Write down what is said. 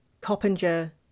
Coppinger